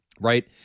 right